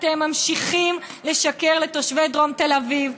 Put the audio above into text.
אתם ממשיכים לשקר לתושבי דרום תל אביב,